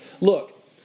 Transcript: Look